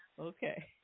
Okay